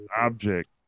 object